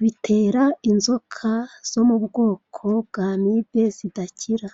bitera inzoka zo mu bwoko bwa amibe zidakira.